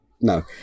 No